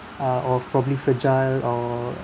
uh of probably fragile or